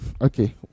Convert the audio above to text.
Okay